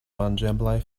manĝeblaj